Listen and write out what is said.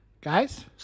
guys